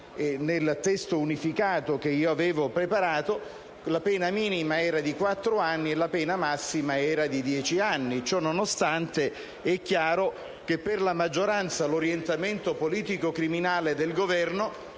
nel testo unificato che io avevo preparato, la pena minima era di quattro anni e la pena massima era di dieci anni. Ciononostante, è chiaro che per la maggioranza l'orientamento di politica criminale del Governo